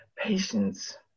patience